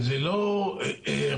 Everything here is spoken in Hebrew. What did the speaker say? זה לא ככה,